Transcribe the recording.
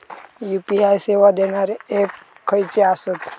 UPI सेवा देणारे app खयचे आसत?